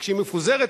כשהיא מפוזרת,